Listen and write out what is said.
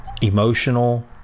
emotional